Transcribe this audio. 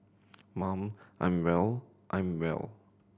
mum I'm well I'm well